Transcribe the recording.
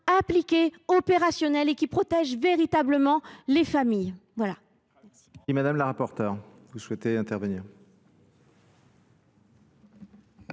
appliquées, opérationnelles, et qu’elles protègent efficacement les familles.